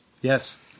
Yes